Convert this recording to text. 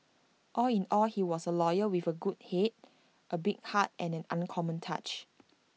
all in all he was A lawyer with A good Head A big heart and an uncommon touch